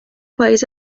پاییز